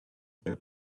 their